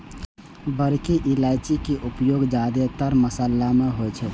बड़की इलायची के उपयोग जादेतर मशाला मे होइ छै